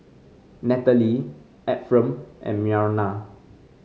Nathalie Ephram and Myrna